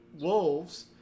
wolves